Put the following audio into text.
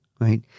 right